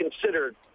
considered